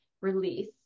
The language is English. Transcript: release